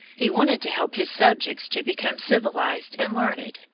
he wanted to help his subjects to become civilized and learned,